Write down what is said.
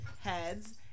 heads